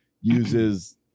uses